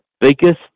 biggest